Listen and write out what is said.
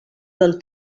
del